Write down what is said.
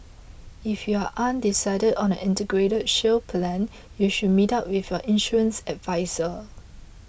if you are undecided on an Integrated Shield Plan you should meet up with your insurance adviser